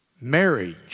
Marriage